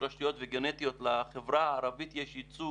תורשתיות וגנטיות לחברה הערבית יש ייצוג